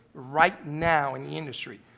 right now in the industry,